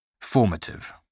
Formative